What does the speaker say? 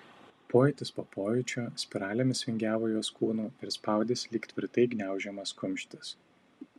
pojūtis po pojūčio spiralėmis vingiavo jos kūnu ir spaudėsi lyg tvirtai gniaužiamas kumštis